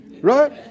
right